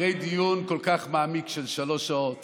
אחרי דיון כל כך מעמיק של שלוש שעות